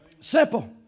Simple